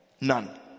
None